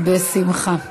בשמחה.